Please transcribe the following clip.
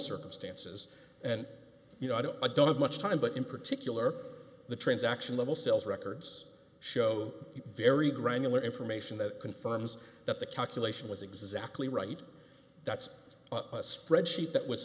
circumstances and you know i don't i don't have much time but in particular the transaction level sales records show very granular information that confirms that the calculation was exactly right that's a spreadsheet that was